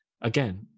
again